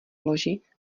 loži